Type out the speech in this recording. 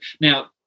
now